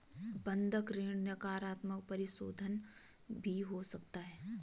बंधक ऋण नकारात्मक परिशोधन भी हो सकता है